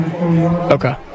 Okay